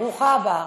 ברוכה הבאה.